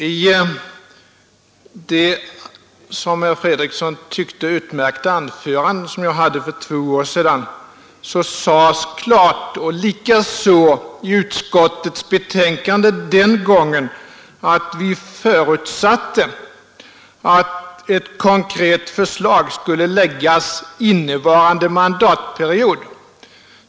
I det som herr Fredriksson tyckte utmärkta anförande som jag höll för två år sedan sades klart — och likaså i utskottets betänkande den gången — att vi förutsatte att ett konkret förslag skulle framläggas innevarande mandatperiod.